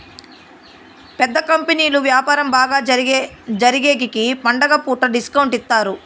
పెద్ద కంపెనీలు వ్యాపారం బాగా జరిగేగికి పండుగ పూట డిస్కౌంట్ ఇత్తారు